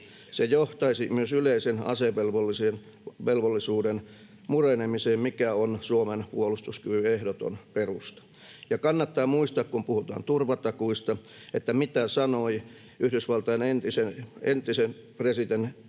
Se johtaisi myös yleisen asevelvollisuuden murenemiseen, mikä on Suomen puolustuskyvyn ehdoton perusta. Ja kannattaa muistaa, kun puhutaan turvatakuista, mitä sanoi Yhdysvaltain entisen presidentin